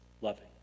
loving